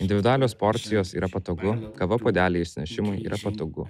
individualios porcijos yra patogu kava puodelyje išsinešimui yra patogu